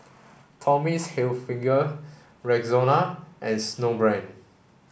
Tommy's Hilfiger Rexona and Snowbrand